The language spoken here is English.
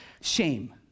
shame